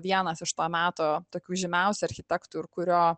vienas iš to meto tokių žymiausių architektų ir kurio